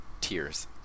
tears